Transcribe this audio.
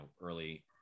early